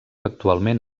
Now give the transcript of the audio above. actualment